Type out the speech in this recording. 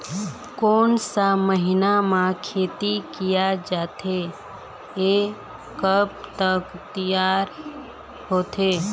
कोन सा महीना मा खेती किया जाथे ये कब तक तियार होथे?